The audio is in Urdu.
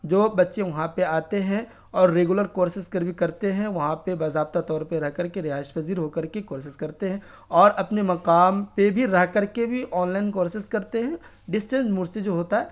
جو بچے وہاں پہ آتے ہیں اور ریگولر کورسز کر بھی کرتے ہیں وہاں پہ باضابطہ طور پہ رہ کر کے رہائش پذیر ہو کر کے کورسز کرتے ہیں اور اپنے مقام پہ بھی رہ کر کے بھی آنلائن کورسز کرتے ہیں ڈسٹینس موڈ سے جو ہوتا ہے